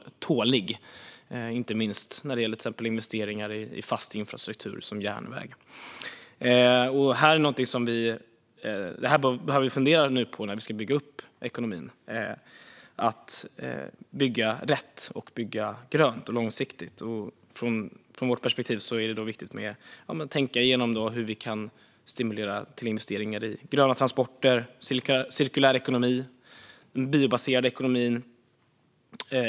Det gäller inte minst till exempel investeringar i fast infrastruktur som järnväg. Det här behöver vi fundera på när vi nu ska bygga upp ekonomin. Det gäller att bygga rätt, grönt och långsiktigt. Från vårt perspektiv är det viktigt att tänka igenom hur vi kan stimulera till investeringar i gröna transporter, cirkulär ekonomi och den biobaserade ekonomin.